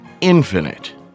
infinite